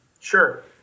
Sure